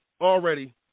Already